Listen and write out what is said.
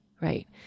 right